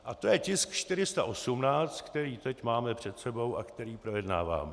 A to je tisk 418, který teď máme před sebou a který projednáváme.